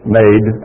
made